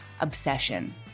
Obsession